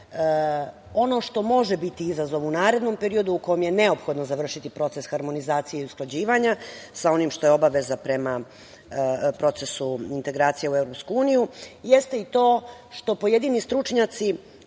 što može biti izazov u narednom periodu, u kome je neophodno završiti proces harmonizacije i usklađivanja sa onim što je obaveza prema procesu integracija u EU, jeste i to što pojedini stručnjaci